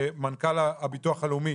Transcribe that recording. מנכ"ל הביטוח הלאומי,